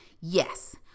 Yes